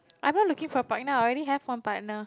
I'm not looking for a partner I already have one partner